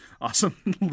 Awesome